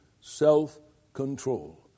self-control